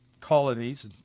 colonies